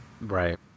Right